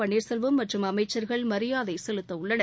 பன்னீர்செல்வம் மற்றும் அமைச்சர்கள் மரியாதை செலுத்தவுள்ளனர்